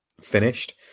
finished